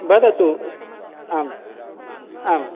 वदतु आम् आम्